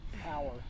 power